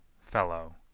fellow